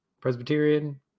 Presbyterian